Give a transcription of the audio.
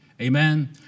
amen